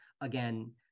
again